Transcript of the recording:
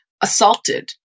assaulted